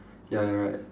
ya you're right